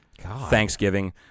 Thanksgiving